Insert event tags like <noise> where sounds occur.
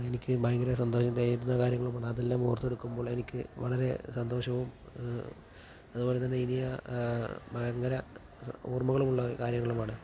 എനിക്ക് ഭയങ്കര സന്തോഷം <unintelligible> അതെല്ലാം ഓര്ത്തെടുക്കുമ്പോള് എനിക്ക് വളരെ സന്തോഷവും അതുപോലെ തന്നെ ഇനിയും ഭയങ്കര ഓര്മ്മകളും ഉള്ള കാര്യങ്ങളുമാണ്